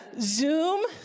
Zoom